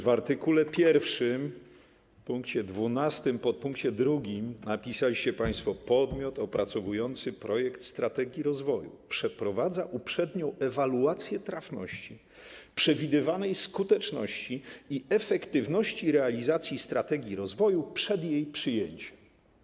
W art. 1 w pkt 12 w ppkt 2 napisaliście państwo: „Podmiot opracowujący projekt strategii rozwoju przeprowadza uprzednią ewaluację trafności, przewidywanej skuteczności i efektywności realizacji strategii rozwoju - przed jej przyjęciem”